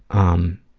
um,